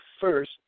first